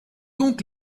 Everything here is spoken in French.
donc